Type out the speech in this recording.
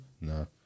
No